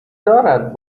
دارد